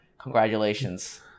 congratulations